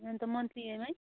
ए अन्त monthly EMI